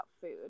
food